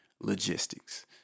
logistics